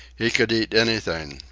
he could eat anything,